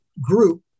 group